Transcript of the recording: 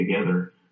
together